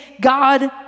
God